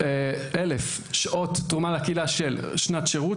על 9,360,000 שעות תרומה לקהילה של שנת שירות,